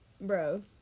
Bro